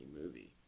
movie